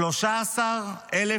נתניהו 13,000